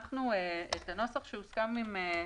בסדר.